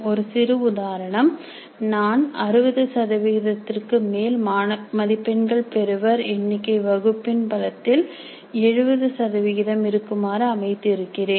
ஒரு சிறு உதாரணம் நான் 60 மேல் மதிப்பெண்கள் பெறுவர் எண்ணிக்கை வகுப்பின் பலத்தில் 70 சதவிகிதம் இருக்குமாறு அமைத்து இருக்கிறேன்